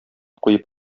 куеп